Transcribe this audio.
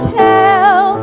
tell